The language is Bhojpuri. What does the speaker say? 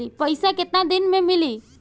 पैसा केतना दिन में मिली?